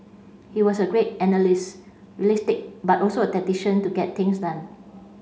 he was a great analyst realistic but also a tactician to get things done